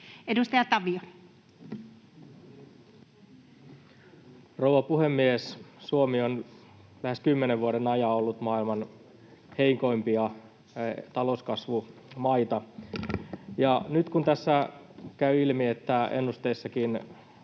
Content: Rouva puhemies! Suomi on lähes kymmenen vuoden ajan ollut maailman heikoimpia talouskasvumaita, ja nyt kun tässä käy ilmi, että ennusteissakin